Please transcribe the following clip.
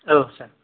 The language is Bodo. औ सार